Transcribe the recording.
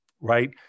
right